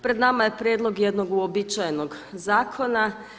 Pred nama je prijedlog jednog uobičajenog zakona.